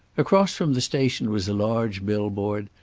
across from the station was a large billboard,